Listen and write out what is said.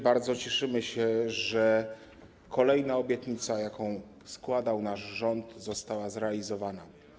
Bardzo się cieszymy, że kolejna obietnica, jaką składał nasz rząd, została zrealizowana.